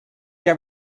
què